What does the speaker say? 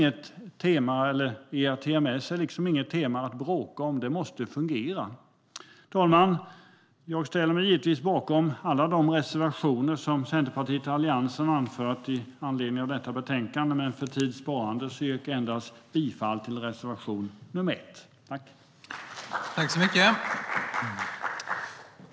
ERTMS är liksom inget tema att bråka om - det måste fungera. Herr talman! Jag står naturligtvis bakom alla de reservationer som Centerpartiet och Alliansen har avlämnat, men för tids sparande yrkar jag endast bifall till reservation 1.